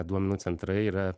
duomenų centrai yra